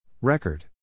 Record